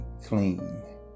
clean